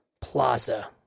plaza